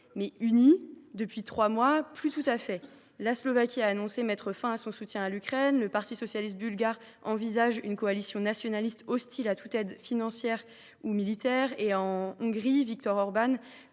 constater que ce n’est plus tout à fait le cas. La Slovaquie a annoncé mettre fin à son soutien à l’Ukraine ; le parti socialiste bulgare envisage une coalition nationaliste hostile à toute aide financière ou militaire ; en Hongrie, Viktor Orbán